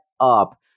up